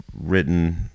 written